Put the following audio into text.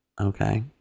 okay